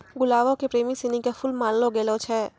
गुलाबो के प्रेमी सिनी के फुल मानलो गेलो छै